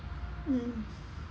mm